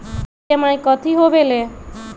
EMI कथी होवेले?